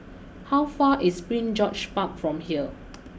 how far is Prince George Park from here